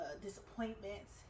disappointments